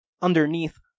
underneath